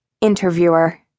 Interviewer